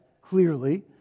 clearly